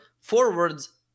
forwards